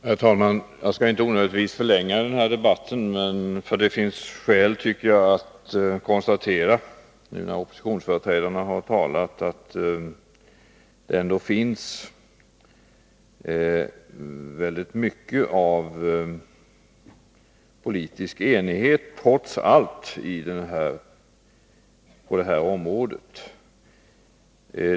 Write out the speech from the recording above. Herr talman! Jag skall inte onödigtvis förlänga debatten, eftersom det sedan oppositionsföreträdarna har talat finns skäl att konstatera att det trots allt råder en ganska stor politisk enighet på det här området.